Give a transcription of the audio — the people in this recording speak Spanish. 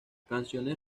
canciones